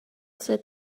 sit